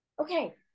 okay